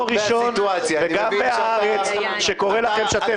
ראשון וגם בהארץ --- אני רואה שאתם מתרגשים מהסיטואציה.